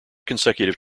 consecutive